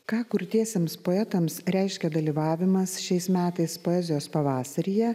ką kurtiesiems poetams reiškia dalyvavimas šiais metais poezijos pavasaryje